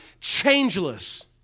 changeless